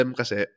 kasi